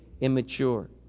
immature